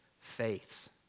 faiths